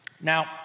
Now